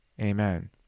Amen